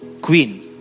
queen